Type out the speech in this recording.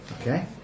Okay